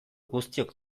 guztiok